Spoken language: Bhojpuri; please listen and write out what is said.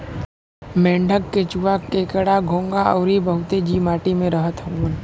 मेंढक, केंचुआ, केकड़ा, घोंघा अउरी बहुते जीव माटी में रहत हउवन